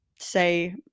say